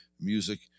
music